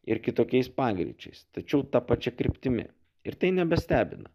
ir kitokiais pagreičiais tačiau ta pačia kryptimi ir tai nebestebina